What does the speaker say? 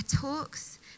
talks